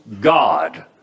God